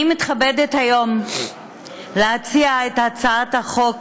אני מתכבדת היום להציע את הצעת החוק